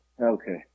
Okay